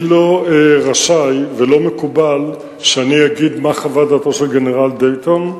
אני לא רשאי ולא מקובל שאני אגיד מה חוות דעתו של גנרל דייטון.